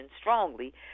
strongly